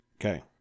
Okay